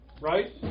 right